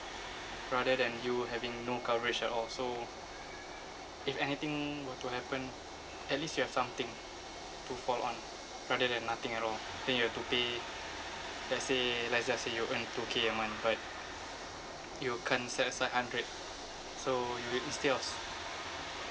rather than you having no coverage at all so if anything were to happen at least you have something to fall on rather than nothing at all then you have to pay let's say let's just say you earn two K a month but you can't set aside hundred so you would instead of